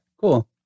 Cool